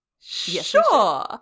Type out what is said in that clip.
Sure